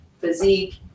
physique